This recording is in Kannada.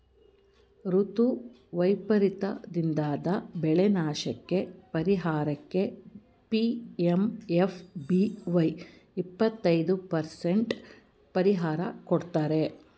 ಋತು ವೈಪರೀತದಿಂದಾದ ಬೆಳೆನಾಶಕ್ಕೇ ಪರಿಹಾರಕ್ಕೆ ಪಿ.ಎಂ.ಎಫ್.ಬಿ.ವೈ ಇಪ್ಪತೈದು ಪರಸೆಂಟ್ ಪರಿಹಾರ ಕೊಡ್ತಾರೆ